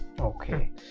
Okay